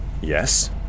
Yes